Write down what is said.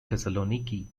thessaloniki